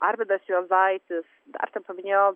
arvydas juozaitis dar ten paminėjau